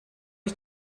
ich